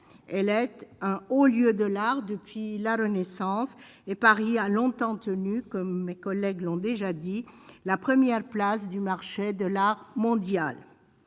elle est un haut lieu dollars depuis la renaissance, et Paris a longtemps tenu comme mes collègues l'ont déjà dit, la première place du marché de l'art mondial